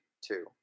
two